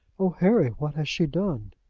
oh, harry what has she done?